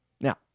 Now